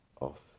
off